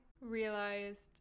realized